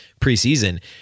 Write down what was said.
preseason